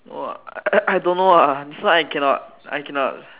!wah! I don't know ah this one I cannot I cannot